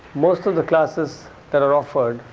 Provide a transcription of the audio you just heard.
most of the classes that are offered